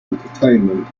entertainment